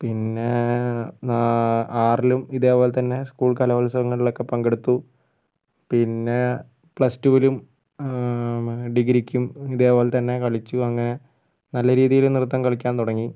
പിന്നെ നാ ആറിലും ഇതേപോലെത്തന്നെ സ്കൂൾ കലോത്സവങ്ങളിലൊക്കെ പങ്കെടുത്തു പിന്നെ പ്ലസ്ടൂവിലും ഡിഗ്രിക്കും ഇതേപോലെത്തന്നെ കളിച്ചു അങ്ങനെ നല്ല രീതിയിൽ നൃത്തം കളിക്കാൻ തുടങ്ങി